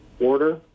order